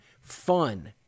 fun